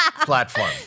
Platform